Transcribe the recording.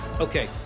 Okay